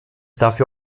dafür